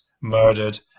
murdered